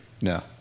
No